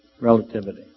relativity